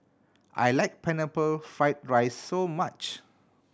I like Pineapple Fried rice very much